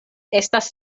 estas